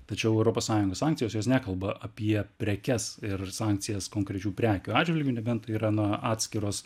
tačiau europos sąjungos sankcijos jos nekalba apie prekes ir sankcijas konkrečių prekių atžvilgiu nebent tai yra na atskiros